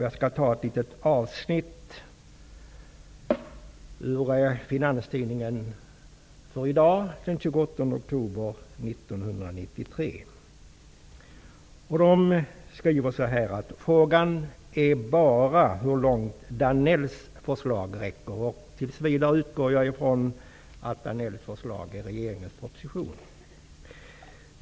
Jag skall ta ett litet avsnitt ur Finanstidningen för i dag, den 28 oktober Tidningen skriver: ''Frågan är bara hur långt Danells förslag räcker.'' Tills vidare utgår jag ifrån att Danellförslaget är regeringens proposition.